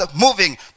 moving